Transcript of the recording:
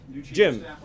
Jim